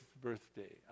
birthday